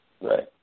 Right